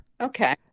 Okay